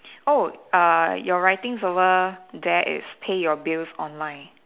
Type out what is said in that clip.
oh uh your writings over there is pay your bills online